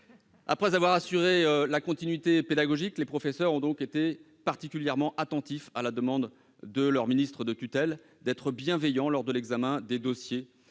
Après avoir assuré la continuité pédagogique, les professeurs ont donc été particulièrement attentifs à la demande de leur ministre de tutelle en se montrant bienveillants lors de l'examen des dossiers